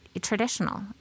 traditional